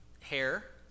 hair